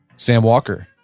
sam walker,